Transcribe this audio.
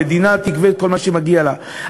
שהמדינה תגבה כל מה שמגיע לה,